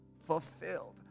fulfilled